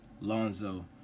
Lonzo